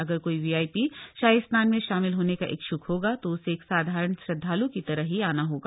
अगर काई VIP शाही स्नान में शामिल हामे का इच्छ्क हागा त उसे एक साधारण श्रद्धाल् की तरह थ ना होगा